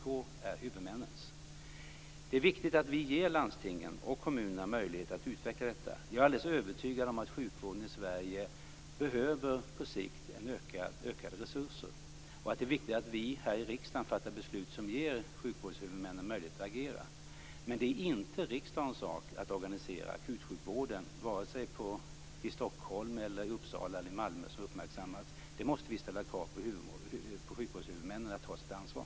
Detta ansvar är huvudmännens. Det är viktigt att vi ger landstingen och kommunerna möjlighet att utveckla detta. Jag är alldeles övertygad om att sjukvården i Sverige på sikt behöver ökade resurser och att det är viktigt att vi här i riksdagen fattar beslut som ger sjukvårdshuvudmännen möjlighet att agera. Men det är inte riksdagens sak att organisera akutsjukvården vare sig i Stockholm, Uppsala eller Malmö som ju har uppmärksammats. Där måste vi ställa krav på sjukvårdshuvudmännen att ta sitt ansvar.